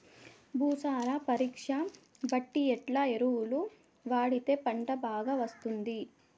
భూసార పరీక్ష బట్టి ఎట్లా ఎరువులు వాడితే పంట బాగా వస్తుంది?